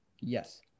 Yes